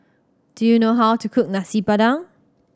do you know how to cook Nasi Padang